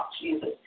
Jesus